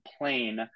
plane